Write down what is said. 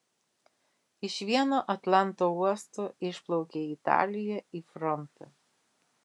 iš vieno atlanto uosto išplaukia į italiją į frontą